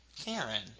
Karen